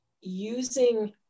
Using